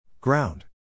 Ground